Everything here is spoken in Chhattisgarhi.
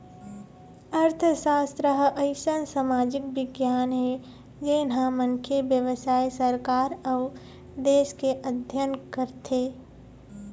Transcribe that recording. अर्थसास्त्र ह अइसन समाजिक बिग्यान हे जेन ह मनखे, बेवसाय, सरकार अउ देश के अध्ययन करथे